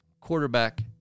quarterback